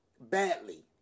badly